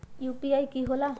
UPI कि होला?